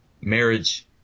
marriage